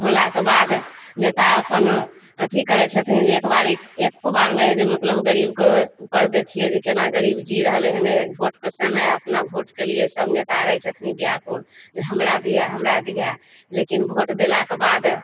होलाके बाद नेता अपन अथी करै छथिन जे एकबेर एकबेर ने जे मतलब गरीबके उपर देखिए जे कोना गरीब जी रहलै हँ भोटके समय अपना भोटके लिए सभ नेता रहै छथिन व्याकुल जे हमरा दिए हमरा दिए लेकिन भोट देलाके बाद